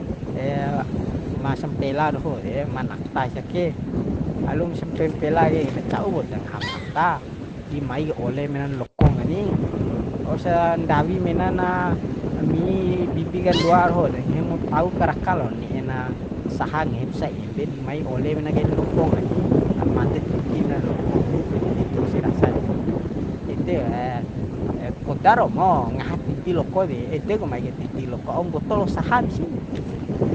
ma sampela doho de ma nata si ake alum sampempela ke na ca'u poda ngaham nata di maik ole menan lokon kani wausa ndawi menan na mi bibikandoa dohore nggahim tau ka raka laon ne'e na saha ngahim sa embe di mai ole mena kain lokon kani na made tinti menar loko ede nggahi dou ese rasa deni ede poda romo ngaha tinti loko de edeku mai kai tinti loko au mboto lo saha desi